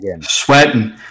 Sweating